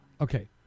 Okay